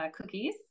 cookies